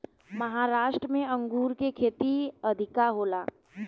महाराष्ट्र में अंगूर के खेती अधिका होला